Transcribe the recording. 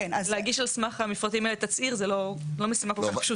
להגיש תצהיר על סמך המפרטים האלה זו לא משימה כל כך פשוטה.